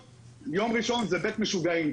יום ראשון זה בית משוגעים.